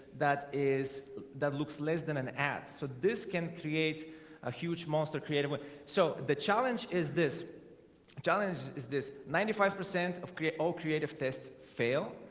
that is that looks less than an ad. so this can create a huge monster creative. but so the challenge is this challenge is this ninety five percent of create all creative tests fail.